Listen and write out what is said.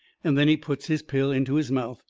and then he puts his pill into his mouth.